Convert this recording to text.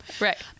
Right